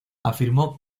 afirmó